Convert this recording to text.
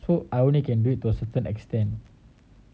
so I only can do it to a certain extent